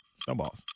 Snowballs